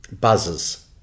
buzzers